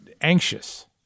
anxious